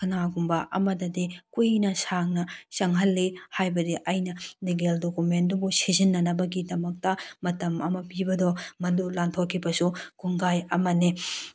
ꯀꯅꯥꯒꯨꯝꯕ ꯑꯃꯗꯗꯤ ꯀꯨꯏꯅ ꯁꯥꯡꯅ ꯆꯪꯍꯜꯂꯤ ꯍꯥꯏꯕꯗꯤ ꯑꯩꯅ ꯂꯤꯒꯦꯜ ꯗꯣꯀꯨꯃꯦꯟꯗꯨꯕꯨ ꯁꯤꯖꯤꯟꯅꯅꯕꯒꯤꯗꯃꯛꯇ ꯃꯇꯝ ꯑꯃ ꯄꯤꯕꯗꯣ ꯃꯗꯨ ꯂꯥꯟꯊꯣꯛꯈꯤꯕꯁꯨ ꯀꯣꯡꯒꯥꯏ ꯑꯃꯅꯤ